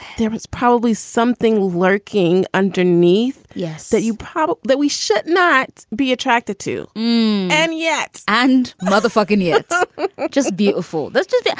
there is probably something lurking underneath. yes that you pop that we should not be attracted to and yet and motherfucking yet just beautiful. this does it.